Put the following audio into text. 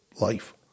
life